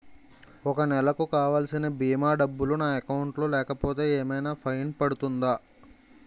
ఒక నెలకు కావాల్సిన భీమా డబ్బులు నా అకౌంట్ లో లేకపోతే ఏమైనా ఫైన్ పడుతుందా?